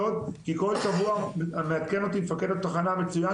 וכל שבוע מעדכן אותי מפקד התחנה המצוין